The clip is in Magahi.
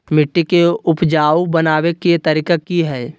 मिट्टी के उपजाऊ बनबे के तरिका की हेय?